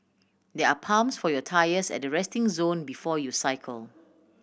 there are pumps for your tyres at the resting zone before you cycle